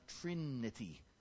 Trinity